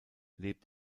lebt